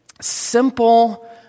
simple